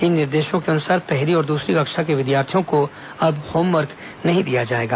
इन निर्देशों के अनुसार पहली और दूसरी कक्षा के विद्यार्थियों को होमवर्क नहीं दिया जाएगा